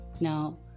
Now